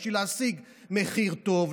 בשביל להשיג מחיר טוב,